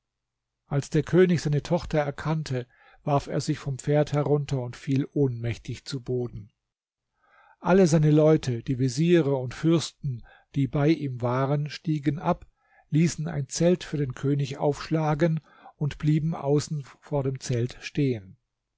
als der könig seine tochter erkannte warf er sich vom pferd herunter und fiel ohnmächtig zu boden alle seine leute die veziere und fürsten die bei ihm waren stiegen ab ließen ein zelt für den könig aufschlagen und blieben außen vor dem zelt stehen